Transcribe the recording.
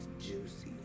juicy